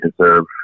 deserve